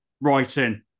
writing